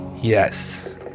Yes